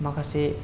माखासे